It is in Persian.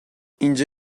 اینجا